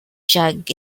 jug